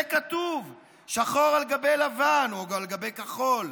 זה כתוב שחור על גבי לבן, או על גבי כחול,